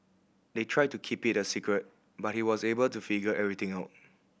they tried to keep it a secret but he was able to figure everything out